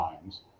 times